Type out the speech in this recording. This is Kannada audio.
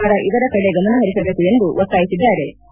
ಸರ್ಕಾರ ಇದರ ಕಡೆ ಗಮನ ಹರಿಸಬೇಕು ಎಂದು ಒತ್ತಾಯಿಸಿದ್ದಾರೆ